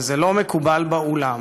וזה לא מקובל בעולם,